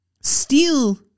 steal